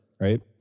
right